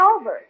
over